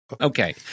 Okay